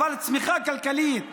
אבל צמיחה כלכלית,